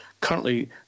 Currently